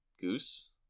Goose